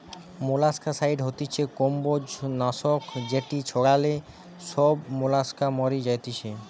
molluscicide হতিছে কম্বোজ নাশক যেটি ছড়ালে সব মোলাস্কা মরি যাতিছে